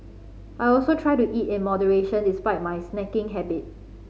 I also try to eat in moderation despite my snacking habit